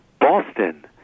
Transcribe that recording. Boston